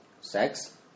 sex